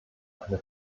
eine